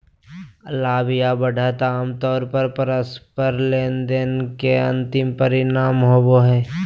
लाभ या बढ़त आमतौर पर परस्पर लेनदेन के अंतिम परिणाम होबो हय